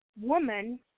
woman